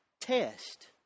test